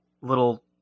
little